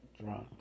drunk